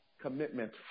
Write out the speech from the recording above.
commitment